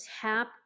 tap